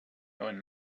own